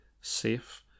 safe